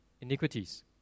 iniquities